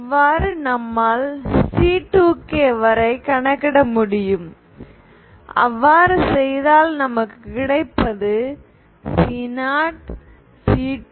இவ்வாறு நம்மால் C2k வரை கணக்கிட முடியும் அவ்வாறு செய்தால் நமக்கு கிடைப்பது C0C2C4